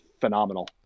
phenomenal